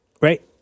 Right